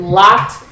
locked